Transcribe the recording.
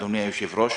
אדוני היושב-ראש,